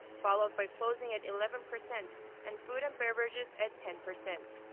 followed by clothing at eleven percent and food and beverages at ten percent.